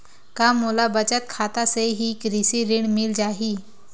का मोला बचत खाता से ही कृषि ऋण मिल जाहि?